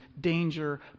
danger